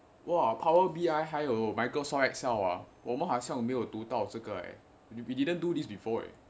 !wah! power B_I 还有 microsoft excel 啊我们好像没有读到这个 eh we didn't do this before eh